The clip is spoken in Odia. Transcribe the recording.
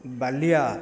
ବାଲିଆ